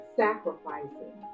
sacrificing